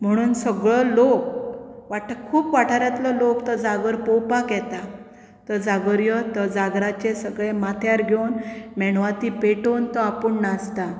म्हणून सगळो लोक खूब वाठारांतलो लोक तो जागोर पळोवपाक येता तो जागोरयो त्या जागराचें सगळें माथ्यार घेवन मेणवाती पेटोवन तो आपूण नाचता